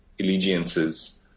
allegiances